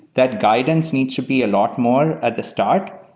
that guidance needs to be a lot more at the start.